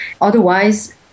Otherwise